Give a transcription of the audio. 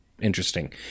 interesting